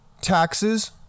Taxes